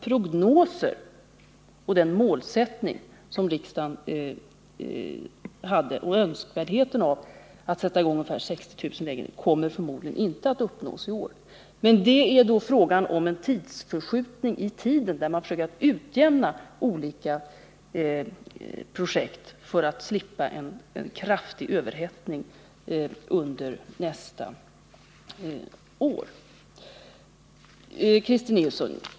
Prognoserna om 60 000 lägenheter torde därför inte komma att uppnås i år, något som i och för sig hade varit önskvärt. Men det är alltså här fråga om en förskjutning i tiden för att uppnå en utjämning mellan olika projekt. Denna utjämning sker för att man skall slippa en kraftig överhettning under nästa år. Christer Nilsson!